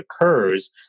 occurs